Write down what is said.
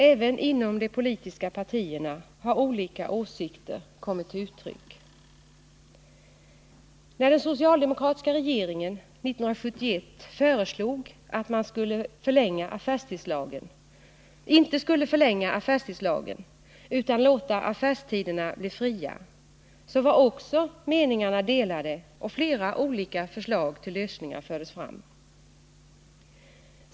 Även inom de politiska partierna har olika åsikter kommit till uttryck. När den socialdemokratiska regeringen 1971 föreslog att man inte skulle förlänga affärstidslagen utan låta affärstiderna bli fria var också meningarna delade, och flera olika förslag till lösningar fördes fram.